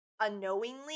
unknowingly